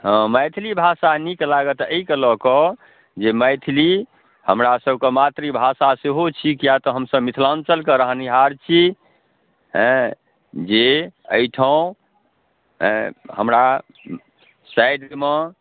हँ मैथिली भाषा नीक लागत एहिके लऽ कऽ जे मैथिली हमरासबके मातृभाषा सेहो छी किएक तऽ हमसब मिथिलाञ्चलके रहनिहार छी अँए जे एहिठाम अँए हमरा साइडमे